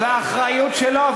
והאחריות שלו,